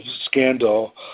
scandal